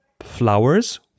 flowers